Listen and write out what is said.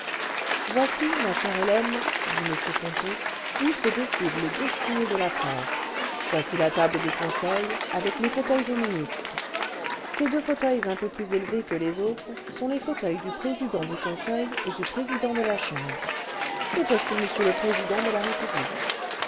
voici ma chère hélène dit m ponto où se décident les destinées de la france voici la table du conseil avec les fauteuils des ministres ces deux fauteuils un peu plus élevés que les autres sont les fauteuils du président du conseil et du président de la chambre et voici m le président de la république